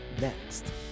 next